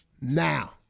now